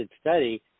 study